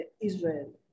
Israel